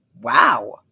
wow